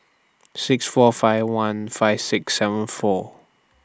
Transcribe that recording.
six four five one five six seven four